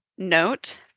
note